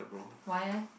why leh